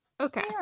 okay